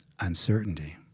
Uncertainty